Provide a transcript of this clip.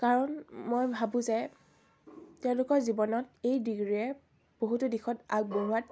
কাৰণ মই ভাবোঁ যে তেওঁলোকৰ জীৱনত এই ডিগ্ৰীয়ে বহুতো দিশত আগবঢ়োৱাত